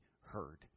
heard